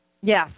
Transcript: Yes